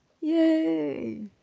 Yay